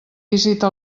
visita